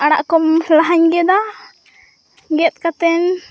ᱟᱲᱟᱜᱠᱚᱢ ᱞᱟᱦᱟᱧ ᱜᱮᱫᱟ ᱜᱮᱫ ᱠᱟᱛᱮᱱ